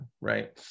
Right